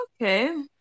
Okay